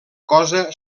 cosa